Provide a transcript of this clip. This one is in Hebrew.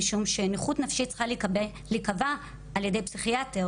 משום שנכות נפשית צריכה להיקבע על ידי פסיכיאטר